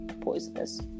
poisonous